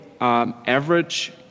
average